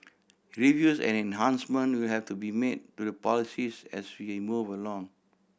reviews and enhancements will have to be made to the policies as we move along